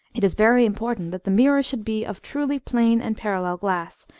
it is very important that the mirror should be of truly plane and parallel glass,